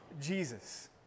Jesus